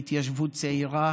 להתיישבות צעירה,